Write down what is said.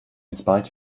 spite